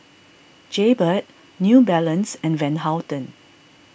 Jaybird New Balance and Van Houten